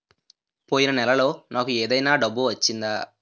పోయిన నెలలో నాకు ఏదైనా డబ్బు వచ్చిందా?